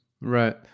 Right